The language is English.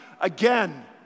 again